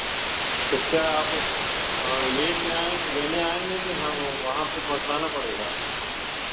तो क्या आप लेते आएँ लेने आएँगे कि हम वहाँ पर पहुँचवाना पड़ेगा